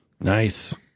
Nice